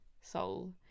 soul